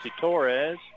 Torres